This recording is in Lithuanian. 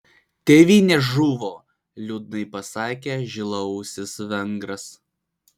tėvynė žuvo liūdnai pasakė žilaūsis vengras